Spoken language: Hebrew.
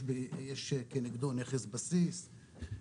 יש כנגדו נכס בסיס,